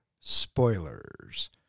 spoilers